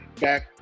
back